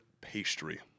pastry